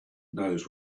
knows